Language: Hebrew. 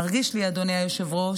מרגיש לי, אדוני היושב-ראש,